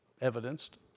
evidenced